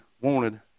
wanted